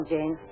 Jane